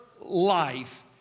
life